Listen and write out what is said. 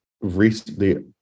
recently